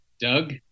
Doug